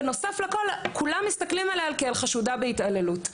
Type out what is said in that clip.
ונוסף לכל כולם מסתכלים עליה כעל חשודה בהתעללות.